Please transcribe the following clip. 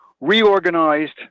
reorganized